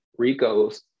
Rico's